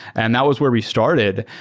and that was where we started.